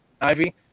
Ivy